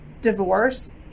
divorce